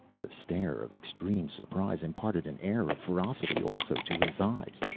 the stare of extreme surprise imparted an air of ferocity also to his eyes,